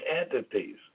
entities